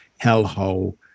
hellhole